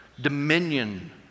dominion